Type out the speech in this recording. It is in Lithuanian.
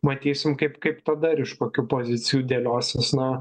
matysim kaip kaip tada ir iš kokių pozicijų dėliosis na